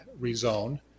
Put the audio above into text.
rezone